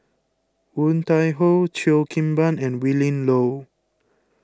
Woon Tai Ho Cheo Kim Ban and Willin Low